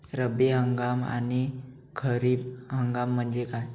रब्बी हंगाम आणि खरीप हंगाम म्हणजे काय?